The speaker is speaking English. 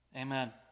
Amen